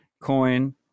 coin